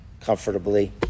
comfortably